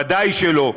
ודאי שלא.